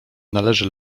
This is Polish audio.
należy